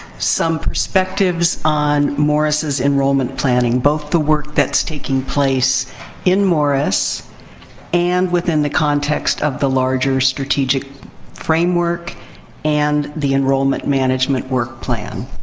some perspectives on morris's enrollment planning. both the work that's taking place in morris and within the context of the larger strategic framework and the enrollment management work plan.